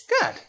good